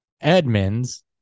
Edmonds